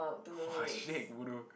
!wah! shag bodoh